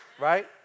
right